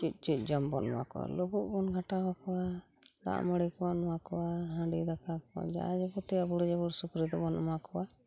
ᱪᱮᱫ ᱪᱮᱫ ᱡᱚᱢ ᱵᱚᱱ ᱮᱢᱟ ᱠᱚᱣᱟ ᱞᱩᱵᱩᱜ ᱵᱚᱱ ᱜᱷᱟᱴᱟᱣᱟᱠᱚᱣᱟ ᱫᱟᱜ ᱢᱟᱲᱤ ᱠᱚᱵᱚᱱ ᱮᱢᱟ ᱠᱚᱣᱟ ᱦᱟᱸᱰᱤ ᱫᱟᱠᱟ ᱠᱚ ᱡᱟ ᱡᱟᱵᱚᱛᱤ ᱟᱵᱩᱲ ᱡᱟᱵᱩᱲ ᱥᱩᱠᱨᱤᱫᱚᱵᱚᱱ ᱮᱢᱟ ᱠᱚᱣᱟ